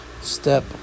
step